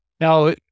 Now